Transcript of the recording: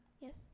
Yes